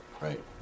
right